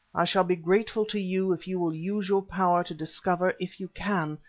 i shall be grateful to you if you will use your power to discover, if you can,